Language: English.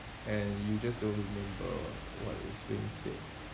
and you just don't remember what is being said